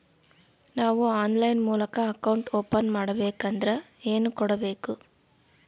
ನಾವು ಆನ್ಲೈನ್ ಮೂಲಕ account open ಮಾಡಬೇಂಕದ್ರ ಏನು ಕೊಡಬೇಕು?